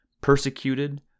Persecuted